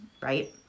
right